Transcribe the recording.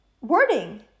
wording